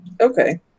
Okay